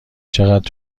چقدر